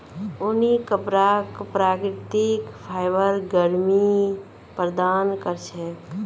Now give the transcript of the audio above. ऊनी कपराक प्राकृतिक फाइबर गर्मी प्रदान कर छेक